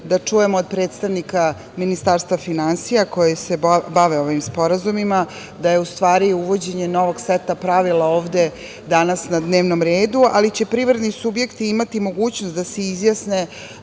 da čujemo od predstavnika Ministarstva finansija, koji se bave ovim sporazumima, da je u stvari uvođenje novog seta pravila ovde danas na dnevnom redu, ali će privredni subjekti imati mogućnost da se izjasne